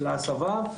של ההסבה,